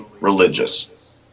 religious